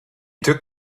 took